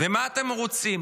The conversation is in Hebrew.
ומה אתם רוצים?